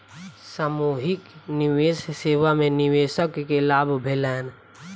सामूहिक निवेश सेवा में निवेशक के लाभ भेलैन